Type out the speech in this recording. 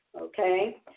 okay